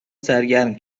سرگرم